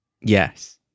Yes